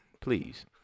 please